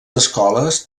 escoles